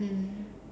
mm